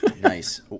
nice